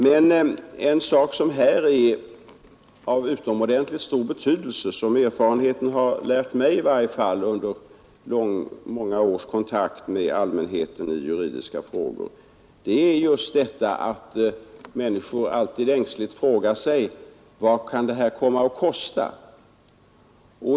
Men en sak som här är av utomordentligt stor betydelse — och som erfarenheten i varje fall lärt mig under många års kontakt med allmänheten i juridiska frågor — är just att människor alltid ängsligt frågar sig: Vad kan detta komma att kosta?